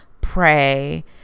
pray